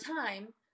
time